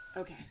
Okay